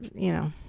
you know,